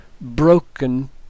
broken